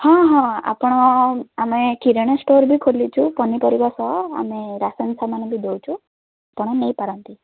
ହଁ ହଁ ଆପଣ ଆମେ କିରଣ ଷ୍ଟୋର ବି ଖୋଲିଛୁ ପନିପରିବା ସହ ଆମେ ରାସନ୍ ସାମାନ ବି ଦେଉଛୁ ଆପଣ ନେଇପାରନ୍ତି